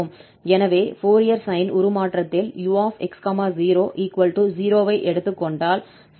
எனவே Fourier sine உருமாற்றத்தில் 𝑢 𝑥 0 0 ஐ எடுத்துக் கொண்டால் c லிருந்து நாம் விடுபடலாம்